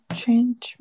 change